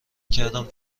کردم